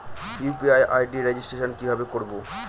UPI ID registration কিভাবে করব?